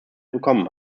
bekommen